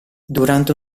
durante